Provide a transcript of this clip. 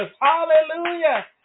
Hallelujah